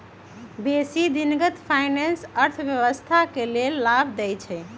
बेशी दिनगत फाइनेंस अर्थव्यवस्था के लेल लाभ देइ छै